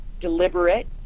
deliberate